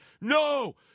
no